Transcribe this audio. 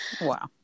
Wow